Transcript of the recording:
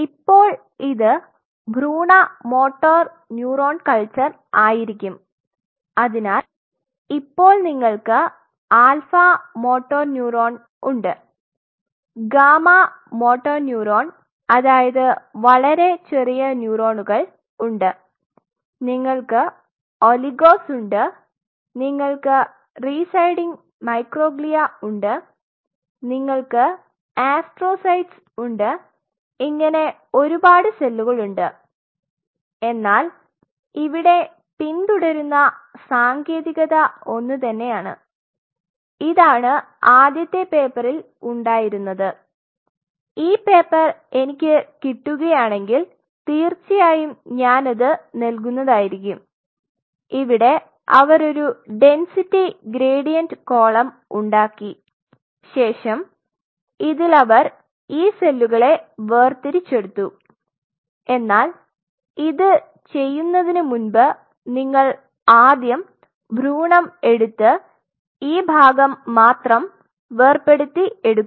ഇപ്പോൾ ഇത് ഭ്രൂണ മോട്ടോർ ന്യൂറോൺ കൾച്ചർ ആയിരിക്കും അതിനാൽ ഇപ്പോൾ നിങ്ങൾക്ക് alpha motor neuron M N ഉണ്ട് ഗാമ മോട്ടോർ ന്യൂറോൺ അതായത് വളരെ ചെറിയ ന്യൂറോണുകൾ ഉണ്ട് നിങ്ങൾക്ക് ഒളിഗോസ് ഉണ്ട് നിങ്ങൾക്ക് റീസൈഡിങ് മൈക്രോഗ്ലിയ ഉണ്ട് നിങ്ങൾക്ക് അസ്ട്രോസൈറ്റ്സ് ഉണ്ട് ഇങ്ങനെ ഒരുപാട് സെല്ലുകളുണ്ട് എന്നാൽ ഇവിടെ പിന്തുടരുന്ന സാങ്കേതികത ഒന്നുതന്നെയാണ് ഇതാണ് ആദ്യത്തെ പേപ്പറിൽ ഉണ്ടായിരുന്നത് ഈ പേപ്പർ എനിക്ക് കിട്ടുകയാണെങ്കിൽ തീർച്ചയായും ഞാൻ അത് നൽകുന്നതായിരിക്കും ഇവിടെ അവർ ഒരു ഡെന്സിറ്റി ഗ്രേഡിയന്റ് കോളം ഉണ്ടാക്കി ശേഷം ഇതിൽ അവർ ഈ സെല്ലുകളെ വേർതിരിചെടുത്തു എന്നാൽ ഇത് ചെയ്യുന്നതിന് മുമ്പ് നിങ്ങൾ ആദ്യം ഭ്രൂണം എടുത്ത് ഈ ഭാഗം മാത്രം വേർപെടുത്തി എടുക്കുക